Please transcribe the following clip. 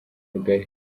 rugari